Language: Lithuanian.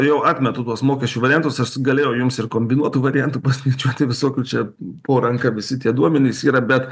jau atmetu tuos mokesčių variantus aš galėjau jums ir kombinuotų variantų paskaičiuoti visokių čia po ranka visi tie duomenys yra bet